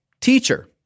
Teacher